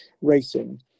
racing